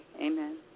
Amen